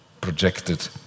projected